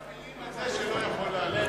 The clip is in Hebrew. הכול מפילים על זה שהוא לא יכול לענות,